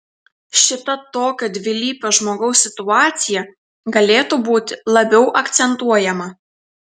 šita tokio dvilypio žmogaus situacija galėtų būti labiau akcentuojama